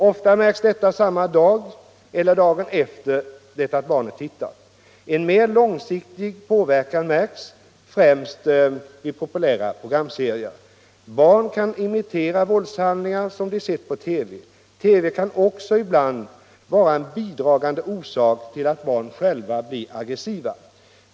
Oftast märks detta samma dag eller dagen efter det att barnet tittat. En mer långsiktig påverkan märks främst vid populära programserier. Barn kan imitera våldshandlingar som de sett på TV. TV kan också ibland vara en bidragande orsak till att barn själva blir aggressiva.